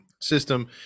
system